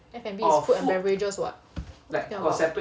F&B is food and beverages [what]